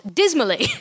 dismally